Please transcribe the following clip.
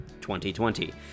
2020